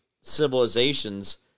civilizations